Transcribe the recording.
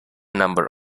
number